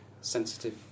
sensitive